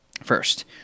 first